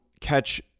catch